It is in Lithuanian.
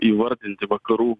įvardinti vakarų